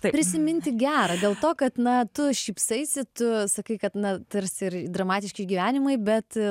tai prisiminti gera dėl to kad na tu šypsaisi tu sakai kad na tarsi ir dramatiški išgyvenimai bet